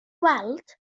weld